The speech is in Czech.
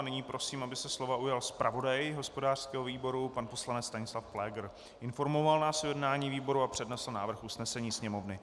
Nyní prosím, aby se slova ujal zpravodaj hospodářského výboru pan poslanec Stanislav Pfléger, informoval nás o jednání výboru a přednesl návrh usnesení Sněmovny.